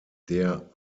der